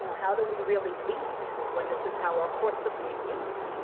you know how do we really lead when this is how our courts are being used?